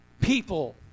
people